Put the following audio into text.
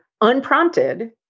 unprompted